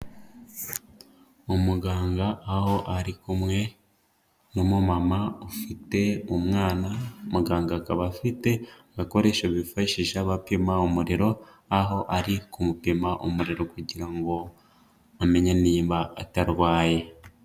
Umuganga aho ari kumwe n'umumama ufite umwana, muganga akaba afite agakoresho bifashisha bapima umuriro, aho ari kumupima umuriro kugira ngo amenye niba atarwaye.